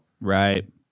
Right